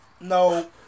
No